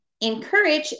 encourage